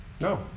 No